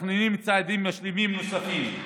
מתכננים צעדים משלימים נוספים.